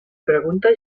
pregunta